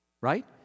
right